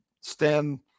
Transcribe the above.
stand